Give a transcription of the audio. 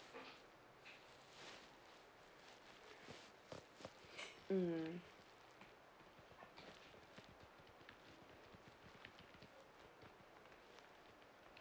mm